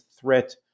threat